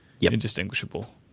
indistinguishable